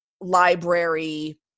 library